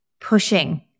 pushing